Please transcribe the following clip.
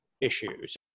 issues